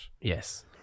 Yes